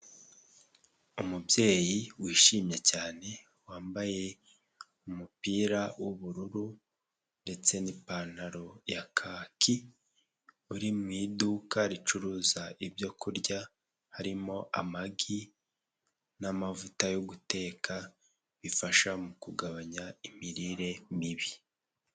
Umubyeyi wishimye cyane wambaye umupira w'ubururu ndetse n'ipantaro ya kaki, uri mu iduka ricuruza ibyo kurya, harimo amagi n'amavuta yo guteka, bifasha mu kugabanya imirire mibi.